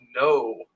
no